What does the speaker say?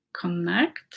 connect